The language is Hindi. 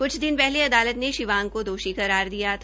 कुछ दिन पहले अदालत ने शिवांग को दोषी करार दिया था